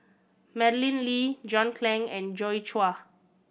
Madeleine Lee John Clang and Joi Chua